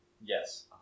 Yes